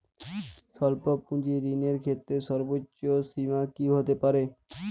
স্বল্প পুঁজির ঋণের ক্ষেত্রে সর্ব্বোচ্চ সীমা কী হতে পারে?